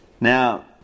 Now